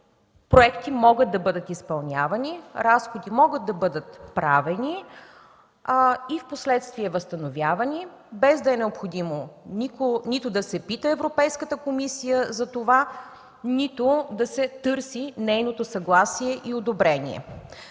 проекти могат да бъдат изпълнявани, разходи могат да бъдат правени и впоследствие възстановявани, без да е необходимо нито да се пита Европейската комисия, нито да се търси нейното съгласие и одобрение.